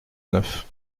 neuf